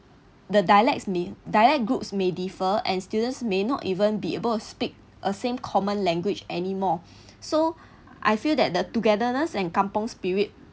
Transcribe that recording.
the dialects may dialect groups may differ and students may not even be above speak a same common language anymore so I feel that the togetherness and kampung spirit